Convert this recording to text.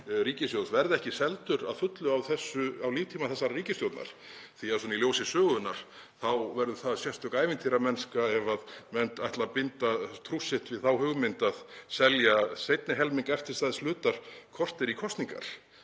ríkissjóðs verði ekki seldur að fullu á líftíma þessarar ríkisstjórnar? Í ljósi sögunnar yrði það sérstök ævintýramennska ef menn ætla að binda trúss sitt við þá hugmynd að selja seinni helming eftirstæðs hlutar korter í kosningar.